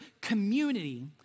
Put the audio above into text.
community